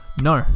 No